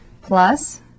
Plus